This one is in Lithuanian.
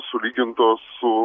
sulygintos su